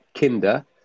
Kinder